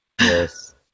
Yes